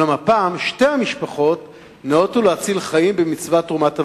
והפעם שתי המשפחות ניאותו להציל חיים במצוות תרומת איברים.